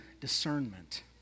discernment